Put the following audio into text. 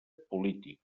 polític